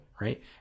right